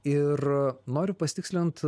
ir noriu pasitikslint